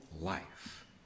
life